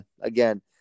again